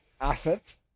assets